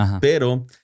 Pero